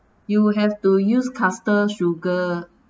you will have to use caster sugar